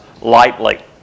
Lightly